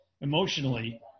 emotionally